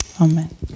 amen